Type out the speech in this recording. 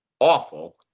awful